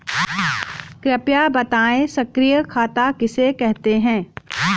कृपया बताएँ सक्रिय खाता किसे कहते हैं?